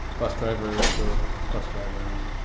bus driver to bus driver, and